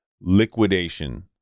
liquidation